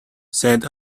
said